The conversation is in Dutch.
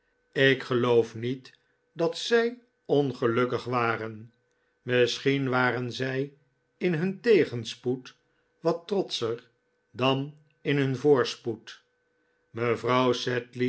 ik geloof niet dat zij ongelukkig waren iviisschien waren zij in hun tegenspoed wat trotscher dan in hun voorspoed mevrouw